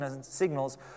signals